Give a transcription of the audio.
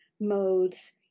modes